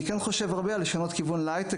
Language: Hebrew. אני כן חושב הרבה לשנות כיוון להייטק